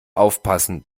aufpassen